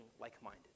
like-minded